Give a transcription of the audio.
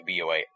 BOA